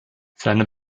seine